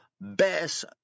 best